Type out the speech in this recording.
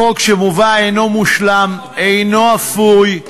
החוק המובא אינו מושלם, אינו אפוי.